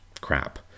crap